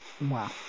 Wow